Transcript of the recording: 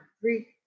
three